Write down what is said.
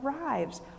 arrives